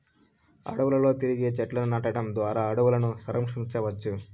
అడవులలో తిరిగి చెట్లను నాటడం ద్వారా అడవులను సంరక్షించవచ్చు